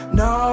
no